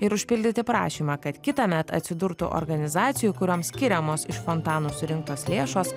ir užpildyti prašymą kad kitąmet atsidurtų organizacijų kurioms skiriamos iš fontanų surinktos lėšos